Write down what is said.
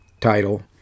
title